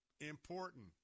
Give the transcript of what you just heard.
important